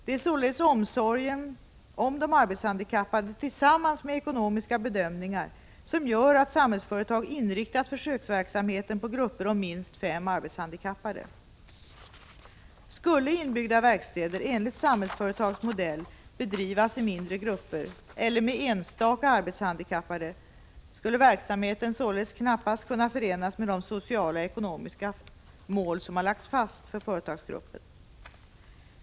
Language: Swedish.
Det är således omsorgen om de arbetshandikappade tillsammans med ekonomiska bedömningar som gör att Samhällsföretag har inriktat försöksverksamheten på grupper om minst fem arbetshandikappade. Skulle inbyggda verkstäder enligt Samhällsföretags modell bedrivas i mindre grupper eller med enstaka arbetshandikappade skulle verksamheten således knappast kunna förenas med de sociala och ekonomiska mål som har lagts fast för företagsgruppen.